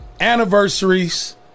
anniversaries